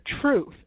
truth